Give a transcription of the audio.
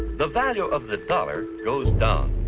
the value of the dollar goes down.